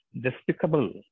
despicable